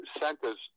centers